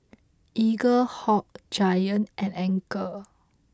Eaglehawk Giant and Anchor